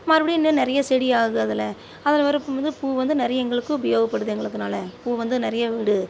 மறுபடியும் இன்னும் நிறையா செடி ஆகும் அதில் அதில் வர பூம் பூ வந்து நிறைய எங்களுக்கும் உபயோகப்படுது எங்களுக்குனால் பூ வந்து நிறைய விடும்